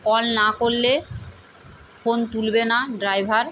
call না করলে phone তুলবে না ড্রাইভার